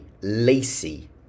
lacy